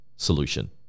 solution